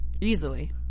Easily